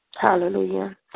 Hallelujah